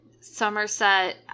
Somerset